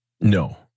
No